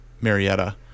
marietta